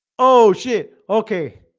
oh shit, okay